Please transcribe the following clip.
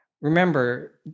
Remember